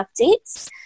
Updates